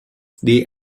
they